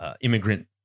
immigrant